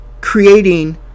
creating